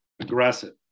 aggressive